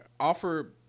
offer